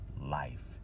life